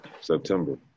September